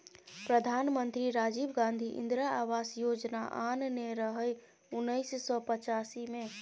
प्रधानमंत्री राजीव गांधी इंदिरा आबास योजना आनने रहय उन्नैस सय पचासी मे